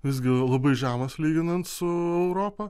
visgi labai žemas lyginant su europa